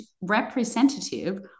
representative